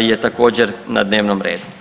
je također na dnevnom redu.